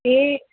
এ